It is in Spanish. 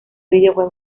videojuego